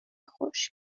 خشک